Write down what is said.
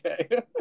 Okay